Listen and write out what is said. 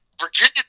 Virginia